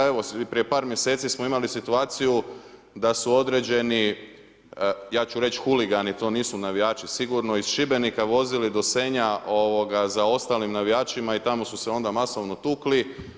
Evo, prije par mjeseci smo imali situaciju da su određeni, ja ću reći huligani, to nisu navijači sigurno, iz Šibenika vozili do Senja za ostalim navijačima i tamo su se onda masovno tukli.